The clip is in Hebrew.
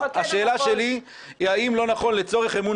השאלה שלי היא האם לא נכון לצורך אמון